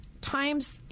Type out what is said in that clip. times